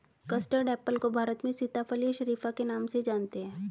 custard apple को भारत में सीताफल या शरीफा के नाम से जानते हैं